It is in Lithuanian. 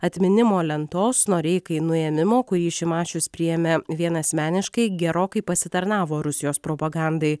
atminimo lentos noreikai nuėmimo kurį šimašius priėmė vienasmeniškai gerokai pasitarnavo rusijos propagandai